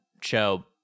show